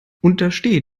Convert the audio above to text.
unterstehe